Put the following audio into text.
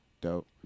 dope